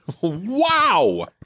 Wow